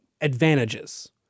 advantages